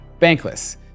bankless